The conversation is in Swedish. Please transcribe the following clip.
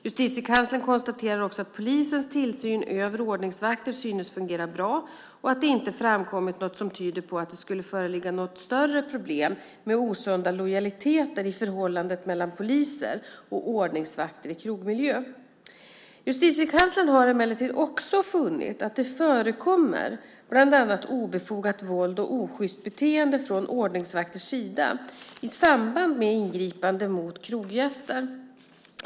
Justitiekanslern konstaterar också att polisens tillsyn över ordningsvakter synes fungera bra och att det inte har framkommit något som tyder på att det skulle föreligga några större problem med osunda lojaliteter i förhållandet mellan poliser och ordningsvakter i krogmiljö. Justitiekanslern har emellertid också funnit att det förekommer bland annat obefogat våld och osjyst beteende från ordningsvakters sida i samband med ingripanden mot kroggäster.